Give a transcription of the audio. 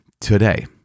today